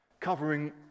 covering